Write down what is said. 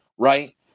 right